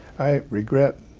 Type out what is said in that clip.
i regret